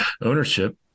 ownership